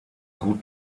gut